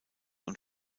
und